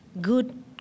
good